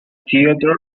theatre